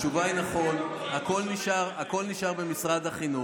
התשובה היא שנכון, הכול נשאר במשרד החינוך.